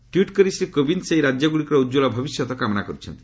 tweet କରି ଶ୍ରୀ କୋବିନ୍ଦ ସେହି ରାଜ୍ୟଗୁଡ଼ିକର ଉଜ୍ଜ୍ୱଳ ଭବିଷ୍ୟତ କାମନା କରିଛନ୍ତି